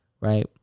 right